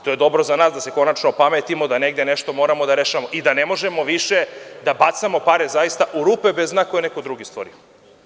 To je dobro za nas da se konačno opametimo, da negde nešto moramo da rešavamo i da ne možemo više da bacamo pare zaista u rupe bez dna koji je neko drugi stvorio.